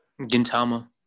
Gintama